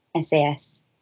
SAS